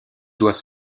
doivent